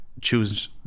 choose